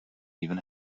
even